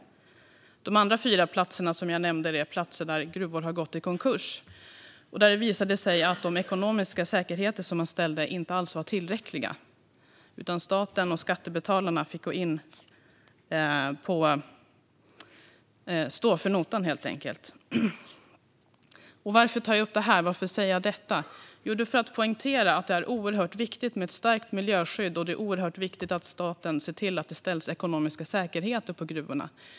De andra fyra platserna jag nämnde är platser där gruvor har gått i konkurs och där det visade sig att de ekonomiska säkerheter som man ställt inte alls var tillräckliga. I stället fick staten och skattebetalarna gå in och stå för notan. Varför tar jag upp det här? Varför säger jag detta? Jo, för att poängtera att det är oerhört viktigt med ett starkt miljöskydd och att staten ser till att det ställs ekonomiska säkerheter för gruvorna.